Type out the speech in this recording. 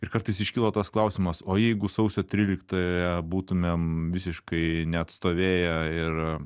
ir kartais iškilo toks klausimas o jeigu sausio tryliktąją būtumėm visiškai neatstovėję ir